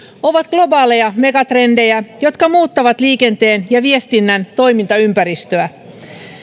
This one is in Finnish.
ovat globaaleja megatrendejä jotka muuttavat liikenteen ja viestinnän toimintaympäristöä